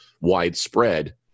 widespread